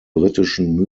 britischen